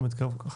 בבקשה.